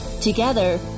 Together